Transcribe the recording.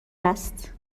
است